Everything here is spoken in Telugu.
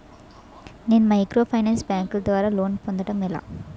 నేను మైక్రోఫైనాన్స్ బ్యాంకుల ద్వారా లోన్ పొందడం ఎలా?